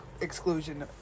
exclusion